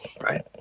right